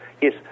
yes